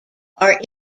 are